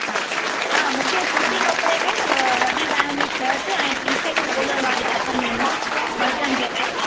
हा हा मूंखे सूती कपिड़े में व वॾी ॿांहुनि जी शर्ट ऐं टी शर्टू कॉलर वारियूं खपंदियूं हुइयूं मर्दनि जे लाइ